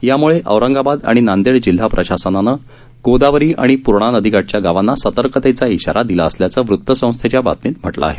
यामुळे औरंगाबाद आणि नांदेड जिल्हा प्रशासानं गोदावरी आणि पूर्णा नदीकाठच्या गावांना सतर्कतेचा इशारा दिला असल्याचं वृतसंस्थेच्या बातमीत म्हटलं आहे